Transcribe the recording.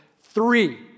three